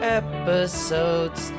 episodes